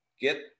Get